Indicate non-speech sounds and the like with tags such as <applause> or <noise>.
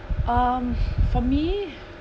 um <breath> for me